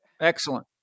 Excellent